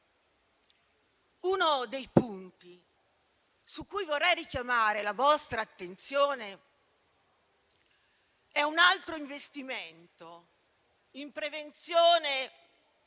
Uno dei punti su cui vorrei richiamare la vostra attenzione è un altro investimento in prevenzione